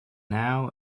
now